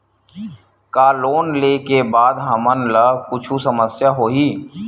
का लोन ले के बाद हमन ला कुछु समस्या होही?